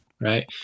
Right